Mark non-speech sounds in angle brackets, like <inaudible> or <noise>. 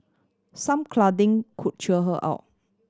some <unintelligible> could cheer her out